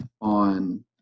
on